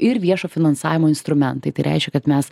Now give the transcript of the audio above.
ir viešo finansavimo instrumentai tai reiškia kad mes